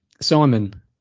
Simon